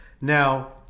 now